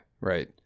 Right